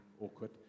awkward